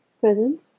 present